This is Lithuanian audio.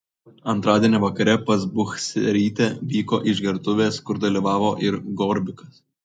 antradienį vakare pas buchcerytę vyko išgertuvės kur dalyvavo ir gorbikas